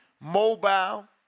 mobile